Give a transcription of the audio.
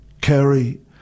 carry